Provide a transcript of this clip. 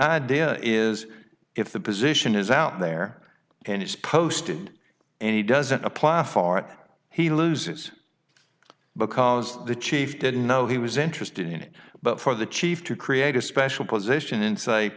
idea is if the position is out there and it's posted any doesn't apply far out he loses because the chief didn't know he was interested in it but for the chief to create a special position in say